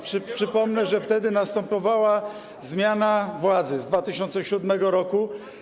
Przypomnę, że wtedy następowała zmiana władzy z 2007 r.